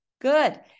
Good